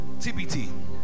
TBT